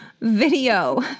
video